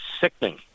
sickening